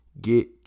Get